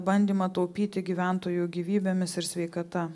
bandymą taupyti gyventojų gyvybėmis ir sveikata